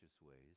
ways